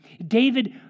David